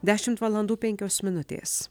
dešimt valandų penkios minutės